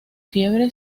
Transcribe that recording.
fiebre